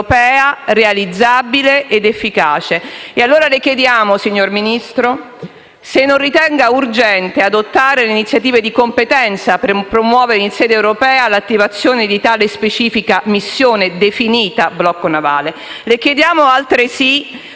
europea realizzabile ed efficace. Le chiediamo allora, signor Ministro, se non ritenga urgente adottare le iniziative di competenza per promuovere in sede europea l'attivazione di tale specifica missione definita blocco navale. Le chiediamo altresì